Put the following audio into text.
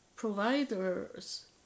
providers